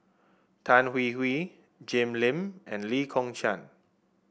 Tan Hwee Hwee Jim Lim and Lee Kong Chian